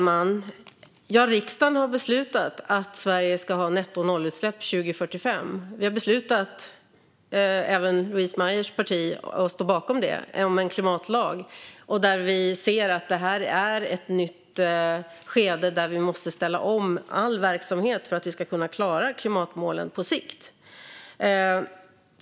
Fru talman! Riksdagen har beslutat att Sverige ska ha nettonollutsläpp 2045. Vi har beslutat om en klimatlag, och även Louise Meijers parti står bekom detta. Vi ser att detta är ett nytt skede där vi måste ställa om all verksamhet för att vi ska kunna klara klimatmålen på sikt.